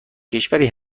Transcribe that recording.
کشوری